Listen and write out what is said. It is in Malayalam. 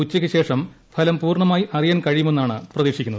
ഉച്ചയ്ക്കു ശേഷം ഫലം പൂർണ്ണമായി അറിയാൻ കഴിയുമെന്നാണ് പ്രതീക്ഷിക്കുന്നത്